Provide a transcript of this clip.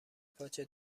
پاچه